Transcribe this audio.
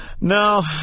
No